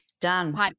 Done